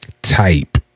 Type